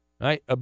right